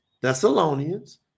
Thessalonians